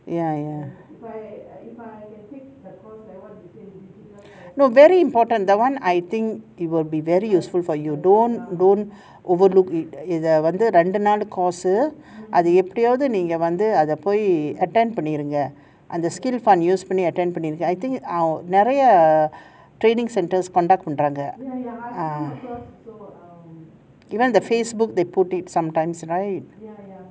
ya ya no very important that one I think it will be very useful for you don't don't overlook it இத வந்து ரெண்டு நாள்:itha vanthu rendu naal course அத எப்டியாவது வந்து:atha epdiyaavathu vanthu attend பண்ணிருங்க:pannirunga under skill fund பண்றாங்க:pandraanga I think our நெறைய:niraya training centers conduct பண்றாங்க:pandraanga ah even the facebook they put it sometimes right